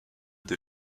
des